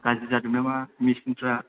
गाज्रि जादों नामा मेसिनफ्रा